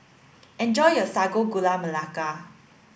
enjoy your Sago Gula Melaka